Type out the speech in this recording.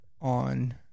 on